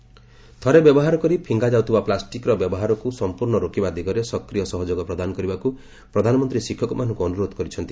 PM teachers ଥରେ ବ୍ୟବହାର କରି ଫିଙ୍ଗାଯାଉଥିବା ପ୍ଲାଷ୍ଟିକ୍ର ବ୍ୟବହାରକୁ ସମ୍ପର୍ଣ୍ଣ ରୋକିବା ଦିଗରେ ସକ୍ରିୟ ସହଯୋଗ ପ୍ରଦାନ କରିବାକୁ ପ୍ରଧାନମନ୍ତ୍ରୀ ଶିକ୍ଷକମାନଙ୍କୁ ଅନୁରୋଧ କରିଛନ୍ତି